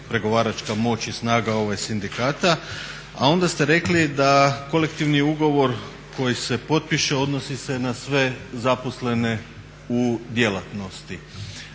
pregovaračka moć i snaga sindikata, a onda ste rekli da kolektivni ugovorom koji se potpiše odnosi se na sve zaposlene u djelatnosti.